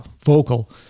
vocal